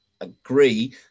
agree